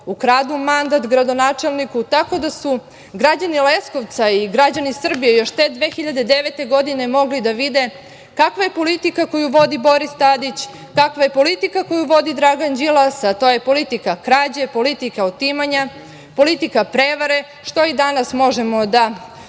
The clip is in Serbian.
ukradu mandata gradonačelniku. Tako da su građani Leskovca i građani Srbije još te 2009. godine mogli da vide kakva je politika koju vodi Boris Tadić, kakva je politika koju vodi Dragan Đilas, a to je politika krađe, politika otimanja, politika prevare, što i danas možemo da